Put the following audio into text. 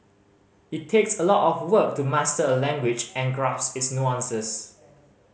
it takes a lot of work to master a language and grasp its nuances